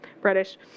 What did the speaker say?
British